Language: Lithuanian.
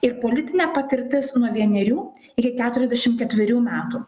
ir politinė patirtis nuo vienerių iki keturiasdešim ketverių metų